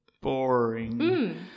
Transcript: boring